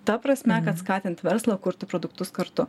ta prasme kad skatint verslą kurti produktus kartu